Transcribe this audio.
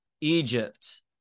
Egypt